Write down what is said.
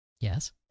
Yes